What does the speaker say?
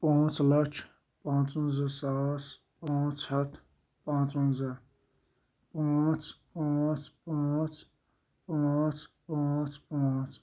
پانٛژھ لَچھ پَنٛژوَںٛزہ ساس پَانٛژھ ہتھ پَنٛژوَںٛزہ پانٛژھ پانٛژھ پانٛژھ پانٛژھ پانٛژھ پانٛژھ